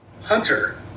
Hunter